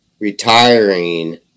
retiring